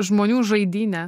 žmonių žaidyne